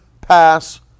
pass